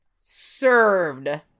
served